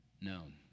Known